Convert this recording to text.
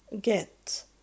get